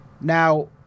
Now